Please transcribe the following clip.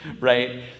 Right